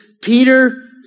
Peter